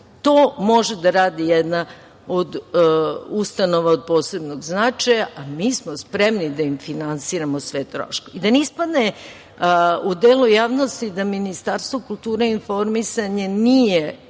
To može da radi jedna od ustanova od posebnog značaja, a mi smo spremni da im finansiramo sve to. Da ne ispadne u delu javnosti da Ministarstvo kulture i informisanja nije